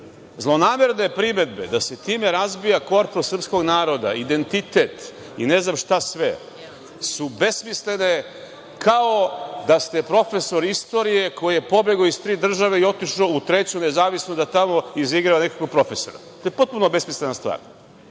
Zlonamerne primedbe da se time razbija korpus srpskog naroda, identitet, i ne znam šta sve, su besmislene, kao da ste profesor istorije koji je pobegao iz tri države i otišao u treću nezavisnu da tamo izigrava nekakvog profesora. To je potpuno besmislena stvar. Molim